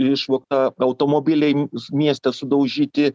išvogta automobiliai mieste sudaužyti